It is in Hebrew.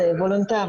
זה וולונטרי.